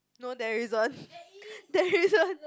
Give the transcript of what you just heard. no there isn't there isn't